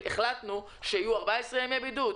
החלטנו שיהיו 14 ימי בידוד,